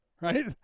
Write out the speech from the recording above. right